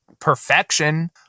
perfection